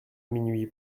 minuit